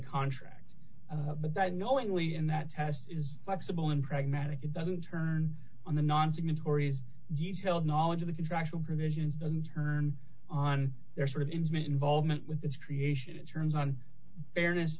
contract but that knowingly in that test is flexible and pragmatic it doesn't turn on the non signatory detailed knowledge of the contractual provisions doesn't turn on their sort of intimate involvement with its creation in terms on fairness